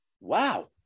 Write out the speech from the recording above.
wow